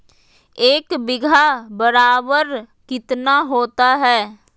एक बीघा बराबर कितना होता है?